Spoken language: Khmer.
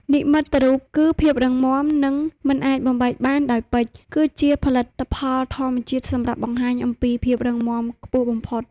និមិត្តរូបគឺភាពរឹងមាំ និងមិនអាចបំបែកបានដោយពេជ្រ គឺជាផលិតផលធម្មជាតិសម្រាប់បង្ហាញអំពី ភាពរឹងមាំខ្ពស់បំផុត។